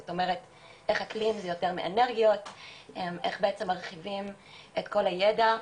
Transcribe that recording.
זאת אומרת איך בעצם מרחיבים את כל הידע.